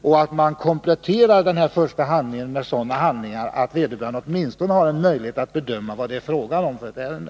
Den första handling som skickas ut bör kompletteras med sådana handlingar att företagaren åtminstone har möjlighet att bedöma vad det är fråga om för ärende.